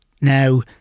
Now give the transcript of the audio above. Now